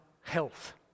health